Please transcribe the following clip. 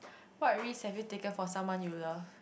what risk have you taken for someone you love